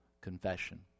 confession